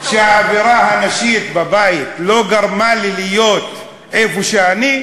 שהאווירה הנשית בבית לא גרמה לי להיות איפה שאני?